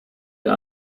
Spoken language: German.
der